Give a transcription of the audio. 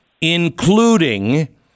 including